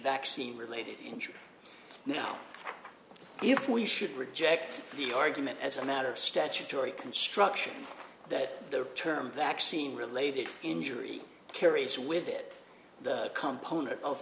vaccine related injury now if we should reject the argument as a matter of statutory construction that the term vaccine related injury carries with it come poena of